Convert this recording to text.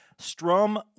Strum